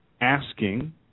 asking